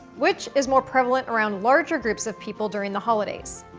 which is more prevalent around larger groups of people during the holidays.